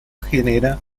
genera